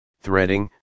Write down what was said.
threading